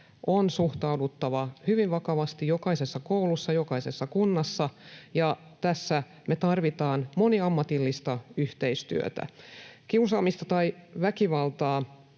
on suhtauduttava hyvin vakavasti jokaisessa koulussa, jokaisessa kunnassa, ja tässä me tarvitaan moniammatillista yhteistyötä. Kiusaamista tai väkivaltaa